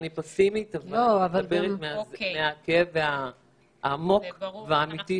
אני פסימית ואני מדברת מהכאב העמוק והאמיתי שיש.